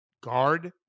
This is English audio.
guard